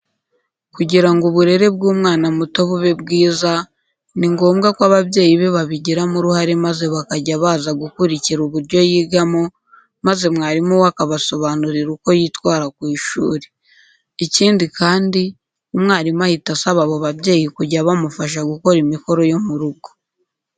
Kugira ngo uburere bw'umwana muto bube bwiza ni ngombwa ko ababyeyi be babigiramo uruhare maze bakajya baza kugurikirana uburyo yigamo maze mwarimu we akabasobanurira uko yitwara ku ishuri. Ikindi kandi, umwarimu ahita asaba abo babyeyi kujya bamufasha gukora imikoro yo mu rugo.